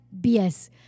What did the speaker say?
bs